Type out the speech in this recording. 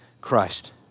Christ